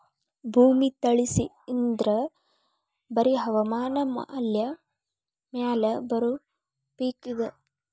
ಭೂಮಿ ತಳಸಿ ಇದ್ರ ಬರಿ ಹವಾಮಾನ ಮ್ಯಾಲ ಬರು ಪಿಕ್ ಇದ